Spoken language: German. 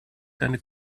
deine